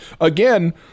again